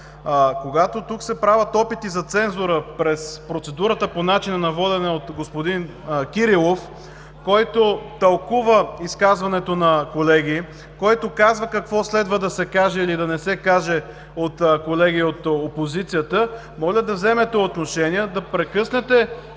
когато тук се правят опити за цензура през процедурата по начина на водене от господин Кирилов, който тълкува изказването на колеги, който казва какво следва да се каже или да не се каже от колеги от опозицията, моля да вземете отношение да прекъснете